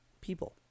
people